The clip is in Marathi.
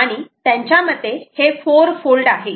आणि त्यांच्या मते हे 4 फोल्ड आहे